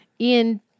Ian